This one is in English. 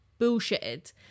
bullshitted